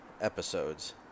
episodes